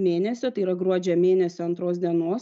mėnesio tai yra gruodžio mėnesio antros dienos